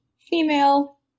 female